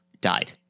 died